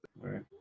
right